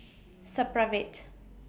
Supravit